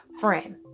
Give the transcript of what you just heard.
friend